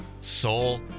soul